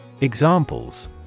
Examples